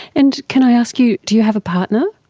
and can i ask you, do you have a partner?